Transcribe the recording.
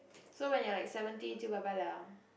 so when you are like seventy jiu bye bye liao ah